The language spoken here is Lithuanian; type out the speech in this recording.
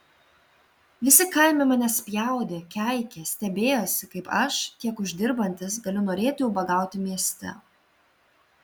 visi kaime mane spjaudė keikė stebėjosi kaip aš tiek uždirbantis galiu norėti ubagauti mieste